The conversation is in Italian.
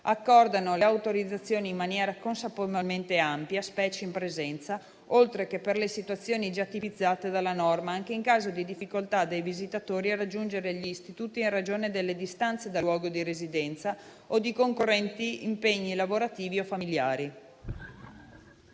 accordano le autorizzazioni in maniera consapevolmente ampia, specie in presenza, oltre che per le situazioni già tipizzate dalla norma, anche in caso di difficoltà dei visitatori a raggiungere gli istituti in ragione delle distanze dal luogo di residenza o di concorrenti impegni lavorativi o familiari.